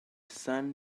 sun